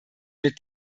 mit